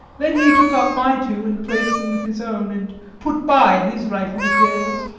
then he took up my two and placed them with his own, and put by his writing materials,